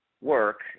work